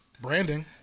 Branding